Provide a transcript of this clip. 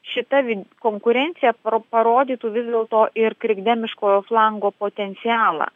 šita konkurencija parodytų vis dėlto ir krikdemiškojo flango potencialą